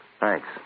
Thanks